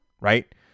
right